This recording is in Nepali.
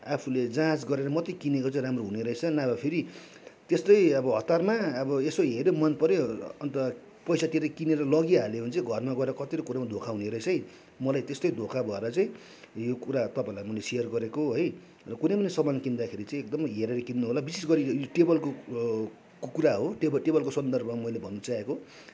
आफूले जाँच गरेर मात्रै किनेको चाहिँ राम्रो हुनेरहेछ नभए फेरि त्यस्तै अब हतारमा अब यसो हेर्यो मनपर्यो अन्त पैसा तिरेर किनेर लगिहाल्यो भने चाहिँ घरमा गएर कतिवटा कुरोमा धोका हुनेरहेछ है मलाई त्यस्तै धोका भएर चाहिँ यो कुरा तपाईँलाई मैले सेयर गरेको है र कुनै पनि सामान किन्दाखेरि चाहिँ एकदमै हेरेर किन्नु होला विशेष गरी त यो टेबलको कुरा हो टेबल टेबलको सन्दर्भमा मैले भन्न चाहेको